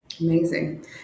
Amazing